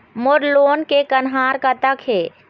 मोर loan के कन्हार कतक हे?